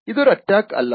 ഇതൊരു അറ്റാക്ക് അല്ല